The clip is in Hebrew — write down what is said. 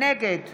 נגד